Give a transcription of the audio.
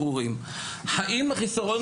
הסיפור הוא